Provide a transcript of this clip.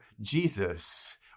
Jesus